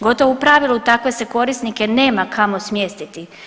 Gotovo u pravilu takve se korisnike nema kamo smjestiti.